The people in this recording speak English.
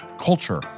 culture